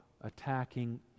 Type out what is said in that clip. attacking